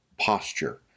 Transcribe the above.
posture